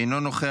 אינו נוכח,